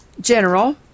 general